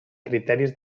criteris